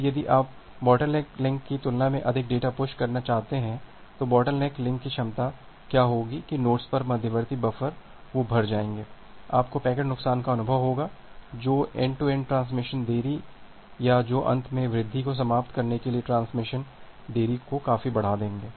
अब यदि आप बोटलनेक लिंक की तुलना में अधिक डेटा पुश करना चाहते हैं तो बोटलनेक लिंक की क्षमता क्या होगी कि नोड्स पर मध्यवर्ती बफर वे भर जाएंगे आपको पैकेट नुकसान का अनुभव होगा जो एन्ड टू एन्ड ट्रांसमिशन देरी या जो अंत में वृद्धि को समाप्त करने के लिए ट्रांसमिशन देरी को काफी बढ़ा देगा